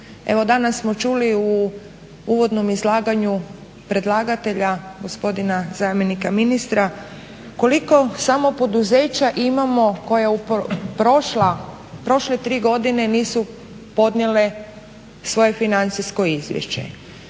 Evo danas smo čuli u uvodnom izlaganju predlagatelja gospodina zamjenika ministra koliko samo poduzeća imamo koja u prošle tri godine nisu podnijele svoje financijsko izvješće.